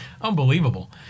Unbelievable